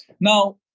Now